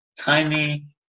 tiny